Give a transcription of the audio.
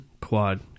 quad